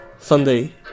Sunday